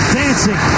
dancing